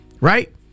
Right